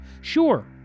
sure